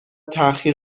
تأخیر